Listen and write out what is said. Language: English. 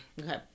okay